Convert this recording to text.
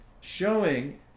showing